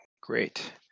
Great